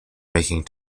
making